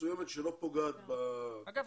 מסוימת שלא פוגעת ב --- אגב,